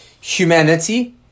humanity